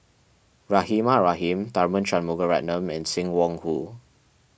Rahimah Rahim Tharman Shanmugaratnam and Sim Wong Hoo